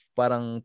parang